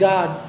God